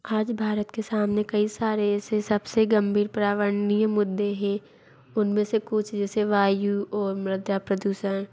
आज भारत के सामने कई सारे ऐसे सबसे गम्भीर पर्यावरणीय मुद्दे हैं उनमें से कुछ जैसे वायु ओर मृदा प्रदूषण